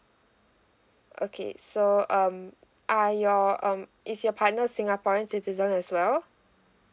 okay so um are your um is your partner singaporeans citizen as well